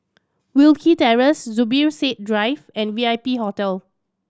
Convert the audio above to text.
Wilkie Terrace Zubir Said Drive and V I P Hotel